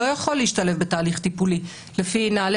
לא יכול להשתלב בתהליך טיפולי לפי נהלי